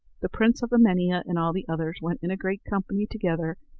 the prince of emania and all the others went in a great company together,